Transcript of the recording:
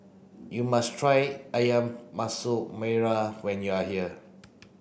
you must try Ayam Masak Merah when you are here